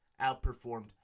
outperformed